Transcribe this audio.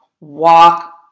walk